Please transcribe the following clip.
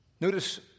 Notice